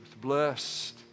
Blessed